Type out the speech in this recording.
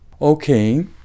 Okay